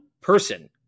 person